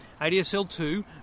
ADSL2